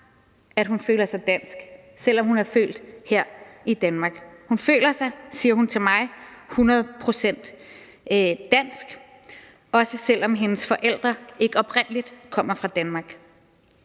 at hun føler sig dansk, selv om hun er født her i Danmark. Hun føler sig, sagde hun til mig, hundrede procent dansk, også selv om hendes forældre ikke oprindelig kommer fra Danmark.